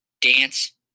dance